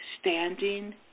standing